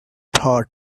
thought